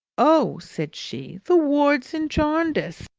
oh! said she. the wards in jarndyce!